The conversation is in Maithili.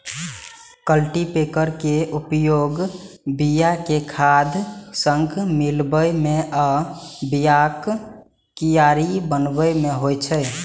कल्टीपैकर के उपयोग बिया कें खाद सं मिलाबै मे आ बियाक कियारी बनाबै मे होइ छै